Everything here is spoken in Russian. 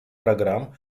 программ